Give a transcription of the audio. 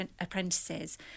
apprentices